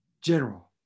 general